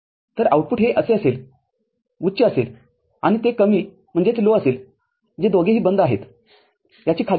तर आउटपुट हे असेल हे उच्च असेल आणि हे कमी असेल जे दोघेही बंद आहेत याची खात्री देईल